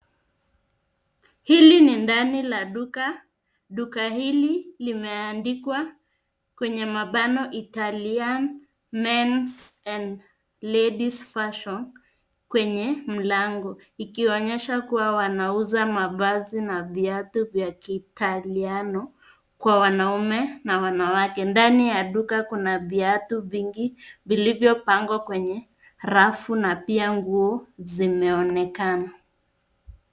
Hili ni ndani la duka, duka hili limeandikwa kwenye mabano (Italian Men's & Ladies' Fashion) kwenye mlango ikionyesha kua wanauza mavazi na viatu vya kitaliano kwa wanaume na wanawake. Ndani ya duka kuna viatu vingi vilivyopangwa kwenye rafu na pia nguo zimeonekana.